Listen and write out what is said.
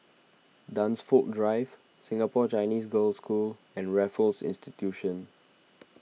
Dunsfold Drive Singapore Chinese Girls' School and Raffles Institution